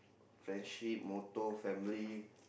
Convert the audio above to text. friendship motto family